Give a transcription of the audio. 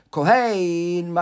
Kohen